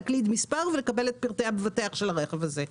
להקליד מספר ולקבל את פרטי המבטח של הרכב הזה.